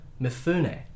Mifune